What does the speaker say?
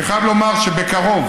אני חייב לומר שבקרוב,